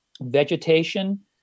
vegetation